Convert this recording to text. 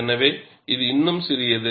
எனவே இது இன்னும் சிறியது